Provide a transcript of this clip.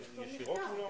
ננעלה